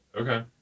Okay